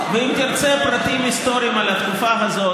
אם תבדוק מה קרה בתום הקדנציה הזאת,